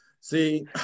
See